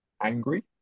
angry